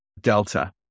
delta